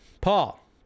Paul